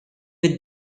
with